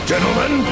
Gentlemen